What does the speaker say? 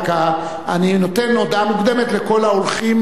אני רק נותן הודעה מוקדמת לכל ההולכים